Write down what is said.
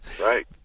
Right